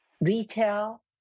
Retail